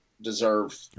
deserve